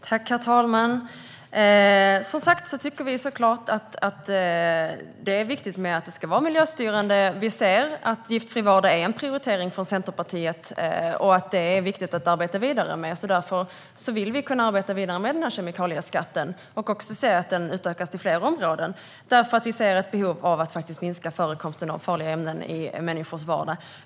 Herr talman! Vi tycker som sagt att det självklart är viktigt att skatten är miljöstyrande. En giftfri vardag är en prioritering för Centerpartiet, och det är viktigt att arbeta vidare med detta. Därför vill vi kunna arbeta vidare med kemikalieskatten och se att den utökas till fler områden. Vi ser nämligen ett behov av att minska förekomsten av farliga ämnen i människors vardag.